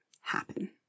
happen